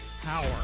Power